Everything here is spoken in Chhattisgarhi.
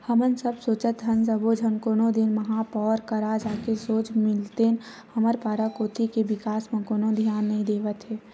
हमन सब सोचत हन सब्बो झन कोनो दिन महापौर करा जाके सोझ मिलतेन हमर पारा कोती के बिकास म कोनो धियाने नइ देवत हे